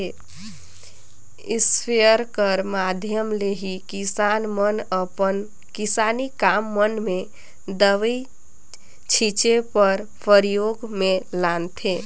sprayer कर माध्यम ले ही किसान मन अपन किसानी काम मन मे दवई छीचे बर परियोग मे लानथे